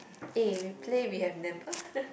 eh we play we have never